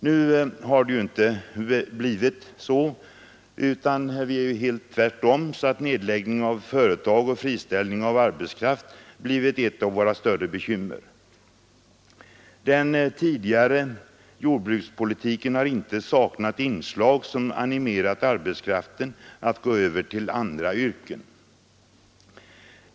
Nu har det ju blivit tvärtom så att nedläggning av företag och friställning av arbetskraft blivit ett av våra större bekymmer. Den tidigare jordbrukspolitiken har inte saknat inslag som animerat arbetskraften att gå över till andra yrken.